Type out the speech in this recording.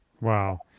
Wow